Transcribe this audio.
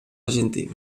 argentí